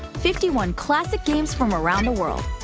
fifty one classic games from around the world,